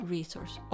Resource